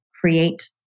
create